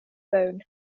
bone